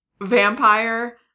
vampire